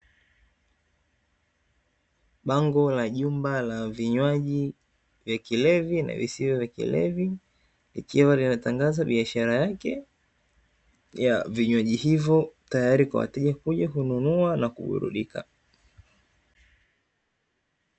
Bango la jumba la vinywaji vya kilevi na visivyo na kilevi. Likiwa linatangaza biashara yake ya vinywaji hivyo, tayari kwa ajili ya wateja kuja kununua na kuburudika.